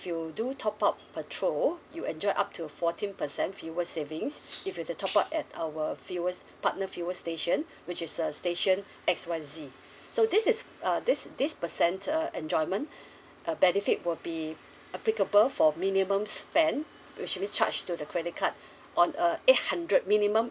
you do top up petrol you enjoy up to fourteen percent fuel savings if you were to top up at our fuel partner fuel station which is uh station X Y Z so this is uh this this percent uh enjoyment uh benefit will be applicable for minimum spend which should be charged to the credit card on a eight hundred minimum